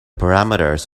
parameters